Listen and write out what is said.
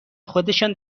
خودشان